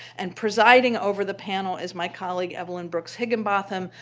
and presiding over the panel is my colleague, evelyn brooks higginbotham,